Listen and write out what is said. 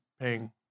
paying